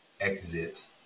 exit